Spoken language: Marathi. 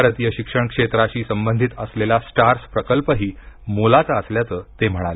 भारतीय शिक्षण क्षेत्राशी संबंधित असलेला स्टार्स प्रकल्पही मोलाचा असल्याचं ते म्हणाले